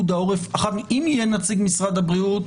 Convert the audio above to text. אם יהיה נציג משרד הבריאות